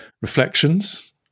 reflections